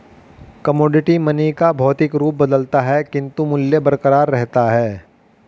commodity money का भौतिक रूप बदलता है किंतु मूल्य बरकरार रहता है